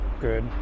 good